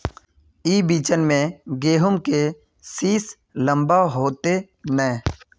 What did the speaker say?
ई बिचन में गहुम के सीस लम्बा होते नय?